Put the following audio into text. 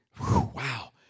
Wow